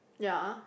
ya